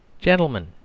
Gentlemen